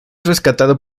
rescatado